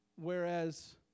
whereas